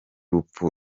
rupfu